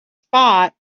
spot